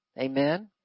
Amen